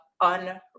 un